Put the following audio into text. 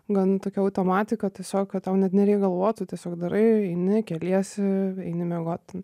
gan tokia automatika tiesiog kad tau net nereikia galvot tu tiesiog darai eini keliesi eini miegot ten